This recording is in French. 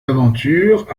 aventures